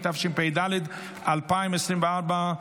התשפ"ד 2024,